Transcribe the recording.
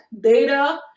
data